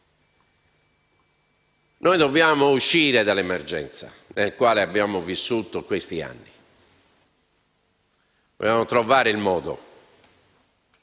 Noi dobbiamo uscire dall'emergenza nella quale abbiamo vissuto negli ultimi anni, e dobbiamo trovare il modo.